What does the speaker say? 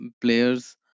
players